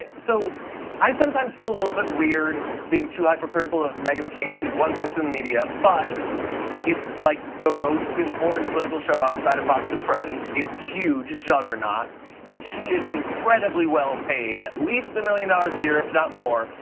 ah so i sometimes feel a little bit weird being too hypercritical of meghan mccain. she's one person in the media but it's like the most important political show outside of fox and friends. it's a huge juggernaut and she is incredibly well paid. at least one million dollars a year if not more,